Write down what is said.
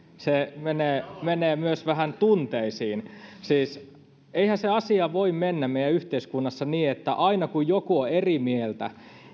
se menee menee myös vähän tunteisiin siis eihän se asia voi mennä meidän yhteiskunnassamme niin että aina kun joku on eri mieltä